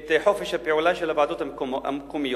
את חופש הפעולה של הוועדות המקומיות,